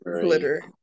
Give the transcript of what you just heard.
glitter